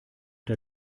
der